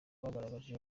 bagaragaje